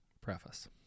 Preface